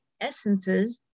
essences